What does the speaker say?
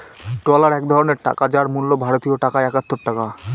dollar এক ধরনের টাকা যার মূল্য ভারতীয় টাকায় একাত্তর টাকা